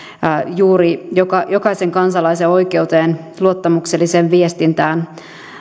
juuri jokaisen kansalaisen oikeudesta luottamukselliseen viestintään